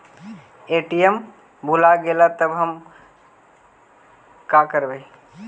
ATM भुला गेलय तब हम काकरवय?